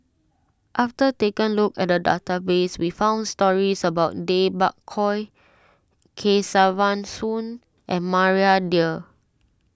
after taking a look at the database we found stories about Tay Bak Koi Kesavan Soon and Maria Dyer